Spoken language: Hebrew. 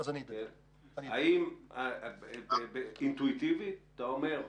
האם הכוונה היא